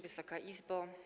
Wysoka Izbo!